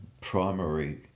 primary